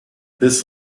this